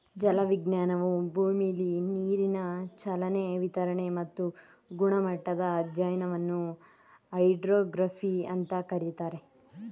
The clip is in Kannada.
ಜಲವಿಜ್ಞಾನವು ಭೂಮಿಲಿ ನೀರಿನ ಚಲನೆ ವಿತರಣೆ ಮತ್ತು ಗುಣಮಟ್ಟದ ಅಧ್ಯಯನವನ್ನು ಹೈಡ್ರೋಗ್ರಫಿ ಅಂತ ಕರೀತಾರೆ